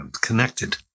connected